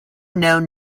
known